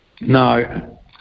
No